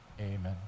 Amen